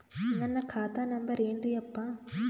ನನ್ನ ಖಾತಾ ನಂಬರ್ ಏನ್ರೀ ಯಪ್ಪಾ?